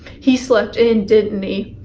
he slept in, didn't he?